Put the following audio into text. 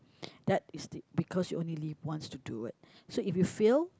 that is di~ because you only live once to do it so if you fail